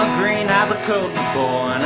green-eyed lakota boy